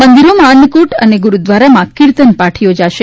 મંદિરોમાં ન્નકૂટ ને ગુરૂદ્વારામાં કિર્તનપાઠ યોજાશે